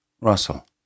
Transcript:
Russell